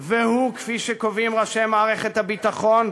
והוא, כפי שקובעים ראשי מערכת הביטחון,